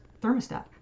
thermostat